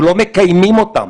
אנחנו לא מקיימים אותן.